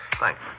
Thanks